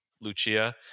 Lucia